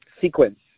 sequence